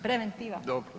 Preventiva.